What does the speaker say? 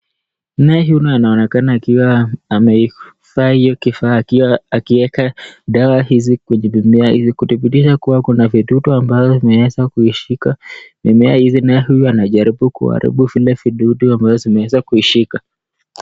Mme huyo anaonekana akiwa ameivaa hiyo kifaa hicho akieka dawa hizo kwenye mimea kudhibitisha kuwa kuna vidudu ambazo unaeza kuishika, mimea hizi huyu naye anajaribu kuharibu vile vududu ambazo zimeweza kuishika.